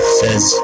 says